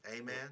Amen